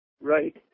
Right